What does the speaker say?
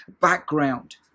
background